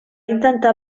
intentar